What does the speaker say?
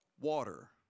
water